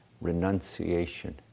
renunciation